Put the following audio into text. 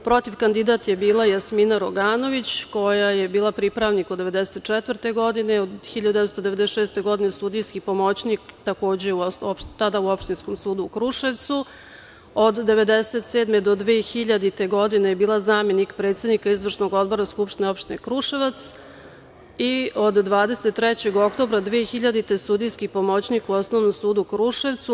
Protiv kandidat je bila Jasmina Roganović koja je bila pripravnik od 1994. godine, od 1996. godine sudijski pomoćnik, tada u Opštinskom sudu u Kruševcu, od 1997. do 2000. godine, je bila zamenik predsednika Izvršnog odbora Skupštine opštine Kruševac i od 23. oktobra 2000. godine sudijski pomoćnik u Osnovnom sudu u Kruševcu.